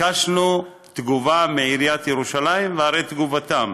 ביקשנו תגובה מעיריית ירושלים, והרי תגובתה,